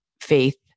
faith